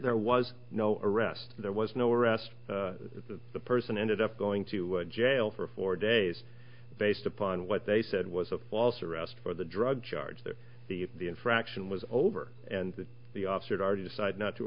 there was no arrest there was no arrest the person ended up going to jail for four days based upon what they said was a false arrest or the drug charges or the infraction was over and the opposite are decided not to